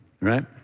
right